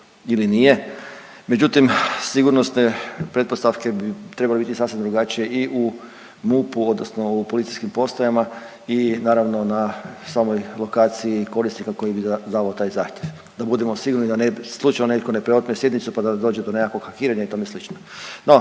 ili nije. Međutim, sigurnosne pretpostavke bi trebale biti sasvim drugačije i u MUP-u odnosno u policijskim postajama i naravno na samoj lokaciji korisnika koji bi izdavao taj zahtjev da budemo sigurni da slučajno netko ne preotme sjednicu pa da dođe do nekog hakiranja i tome slično. No,